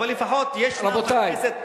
אבל לפחות יש בכנסת,